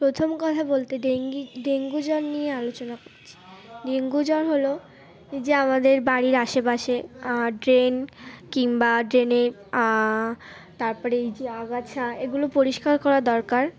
প্রথম কথা বলতে ডেঙ্গি ডেঙ্গু জ্বর নিয়ে আলোচনা করছি ডেঙ্গু জ্বর হলো এই যে আমাদের বাড়ির আশেপাশে ড্রেন কিংবা ড্রেনে তারপরে এই যে আগাছা এগুলো পরিষ্কার করা দরকার